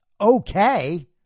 Okay